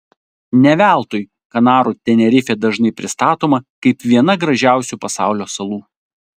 ne veltui kanarų tenerifė dažnai pristatoma kaip viena gražiausių pasaulio salų